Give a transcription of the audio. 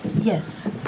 Yes